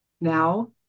Now